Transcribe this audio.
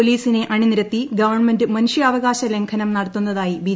പോലീസിനെ അണിനി രത്തി ഗവൺമെന്റ് മന്റുഷ്യാവകാശ ലംഘനം നടത്തുന്നതായി ബി